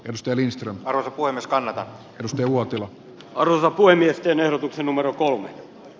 restelin huimiskanavat nosti uotila arvo kuin miesten ehdotuksen numero kolme